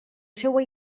seua